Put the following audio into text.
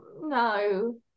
no